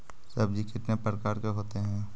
सब्जी कितने प्रकार के होते है?